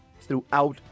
throughout